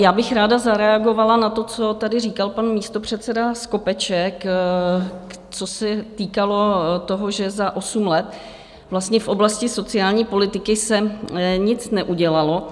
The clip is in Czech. Já bych ráda zareagovala na to, co tady říkal pan místopředseda Skopeček, co se týkalo toho, že za osm let vlastně v oblasti sociální politiky se nic neudělalo.